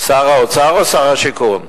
שר האוצר או שר השיכון?